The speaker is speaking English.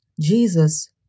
Jesus